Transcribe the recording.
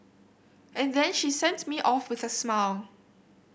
and then she sent me off with a smile